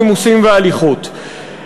נימוסים והליכות.